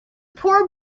poor